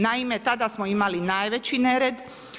Naime, tada smo imali najveći nered.